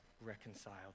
reconciled